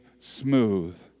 smooth